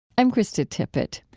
i'm krista tippett.